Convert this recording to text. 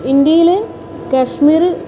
ഇന്ത്യയിലെ കശ്മീർ